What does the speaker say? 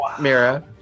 Mira